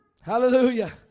Hallelujah